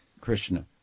Krishna